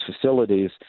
facilities